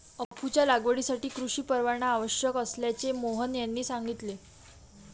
अफूच्या लागवडीसाठी कृषी परवाना आवश्यक असल्याचे मोहन यांनी सांगितले